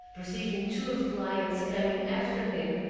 perceiving two of the lions coming after him,